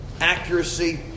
accuracy